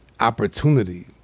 opportunity